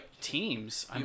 teams